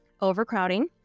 overcrowding